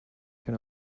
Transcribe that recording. can